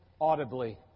audibly